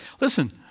listen